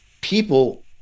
people